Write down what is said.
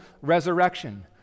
resurrection